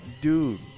dude